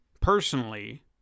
personally